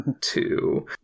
two